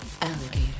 alligator